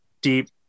deep